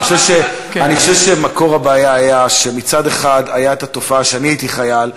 אני חושב שמקור הבעיה היה שמצד אחד הייתה התופעה כשאני הייתי חייל,